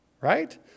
right